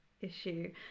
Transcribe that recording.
issue